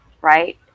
Right